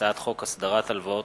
הצעת חוק הסדרת הלוואות